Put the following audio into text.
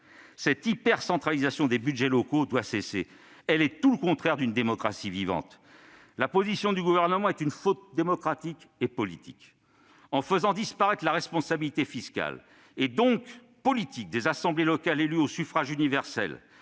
Cette hypercentralisation des budgets locaux doit cesser ! Elle est tout le contraire d'une démocratie vivante ! La position du Gouvernement est une faute démocratique et politique. En faisant disparaître la responsabilité fiscale et, donc, politique des assemblées locales élues au suffrage universel,